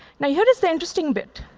now, here is the interesting bit.